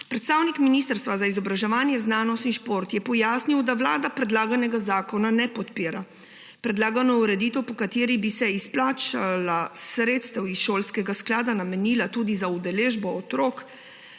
Predstavnik Ministrstva za izobraževanje, znanost in šport je pojasnil, da Vlada predlaganega zakona ne podpira. Predlagana ureditev, po kateri bi se izplačana sredstva iz šolskega sklada namenila tudi za udeležbo otrok,